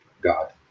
god